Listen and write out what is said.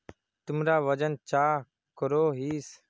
तुमरा वजन चाँ करोहिस?